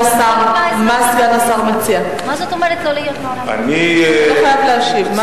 מה זאת אומרת לא להיות, אתה לא חייב להשיב.